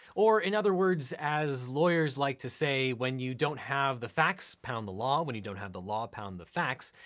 or in other words, as lawyers like to say, when you don't have the facts, pound the law, when you don't have the law, pound the facts,